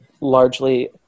largely